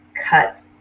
cut